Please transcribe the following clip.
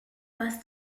was